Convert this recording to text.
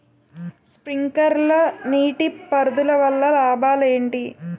Sprinkler నీటిపారుదల వల్ల లాభాలు ఏంటి?